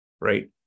right